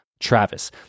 Travis